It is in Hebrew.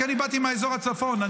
כי אני באתי מאזור הצפון,